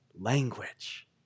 language